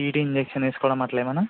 TT injection వేసుకోవడం అట్ల ఏమన్న